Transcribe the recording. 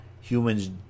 humans